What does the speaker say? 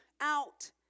out